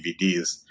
DVDs